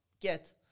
get